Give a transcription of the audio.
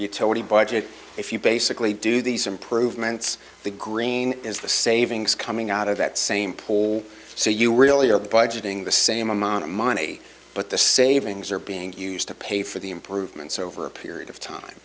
utility budget if you basically do these improvements the green is the savings coming out of that same poll so you really are the budgeting the same amount of money but the savings are being used to pay for the improvements over a period of